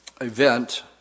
event